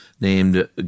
named